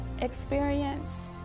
experience